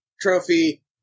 trophy